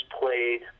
played